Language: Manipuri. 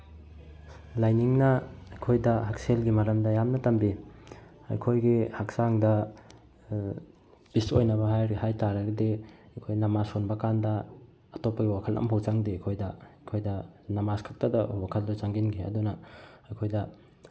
ꯂꯥꯏꯅꯤꯡꯅ ꯑꯩꯈꯣꯏꯗ ꯍꯛꯁꯦꯜꯒꯤ ꯃꯔꯝꯗ ꯌꯥꯝꯅ ꯇꯝꯕꯤ ꯑꯩꯈꯣꯏꯒꯤ ꯍꯛꯆꯥꯡꯗ ꯄꯤꯁ ꯑꯣꯏꯅꯕ ꯍꯥꯏꯔ ꯍꯥꯏ ꯇꯥꯔꯒꯗꯤ ꯑꯩꯈꯣꯏ ꯅꯃꯥꯖ ꯁꯣꯟꯕ ꯀꯥꯟꯗ ꯑꯇꯣꯞꯄꯒꯤ ꯋꯥꯈꯜ ꯑꯃ ꯐꯥꯎ ꯆꯪꯗꯦ ꯑꯩꯈꯣꯏꯗ ꯑꯩꯈꯣꯏꯗ ꯅꯃꯥꯖ ꯈꯛꯇꯗ ꯋꯥꯈꯜꯗꯨ ꯆꯪꯁꯤꯟꯈꯤ ꯑꯗꯨꯅ ꯑꯩꯈꯣꯏꯗ